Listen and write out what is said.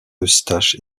eustache